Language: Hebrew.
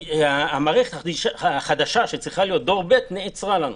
המערכת החדשה שצריכה להיות דור ב' נעצרה לנו.